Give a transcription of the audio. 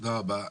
תודה רבה.